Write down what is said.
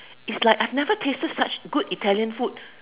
it's like I've never tasted such good Italian food